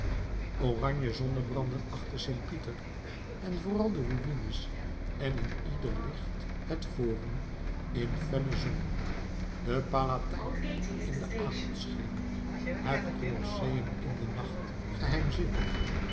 oranje zonnebranden achter st pieter en vooral de ruïnes en in ieder licht het forum in felle zon de palatijn in den avondschemer het colosseum in den nacht geheimzinnig